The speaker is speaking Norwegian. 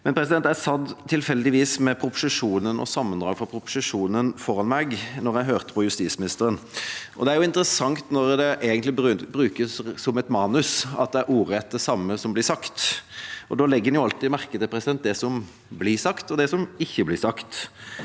Jeg satt tilfeldigvis med proposisjonen og sammendraget fra proposisjonen foran meg da jeg hørte på justisministeren. Det er interessant når det egentlig brukes som et manus, at det er ordrett det samme som blir sagt. Da legger en jo alltid merke til det som blir sagt – og det som ikke blir sagt.